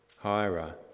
Hira